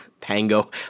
Pango